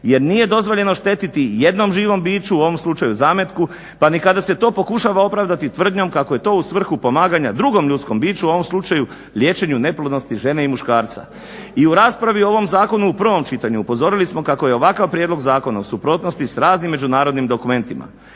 jer nije dozvoljeno štetiti jednom živom biću u ovom slučaju zametku pa ni kada se to pokušava opravdati tvrdnjom kako je to u svrhu pomaganja drugom ljudskom biću u ovom slučaju liječenju neplodnosti žene i muškarca. I u raspravi o ovom zakonu u prvom čitanju upozorili smo kako je ovakav prijedlog zakona u suprotnosti sa raznim međunarodnim dokumentima.